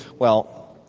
well,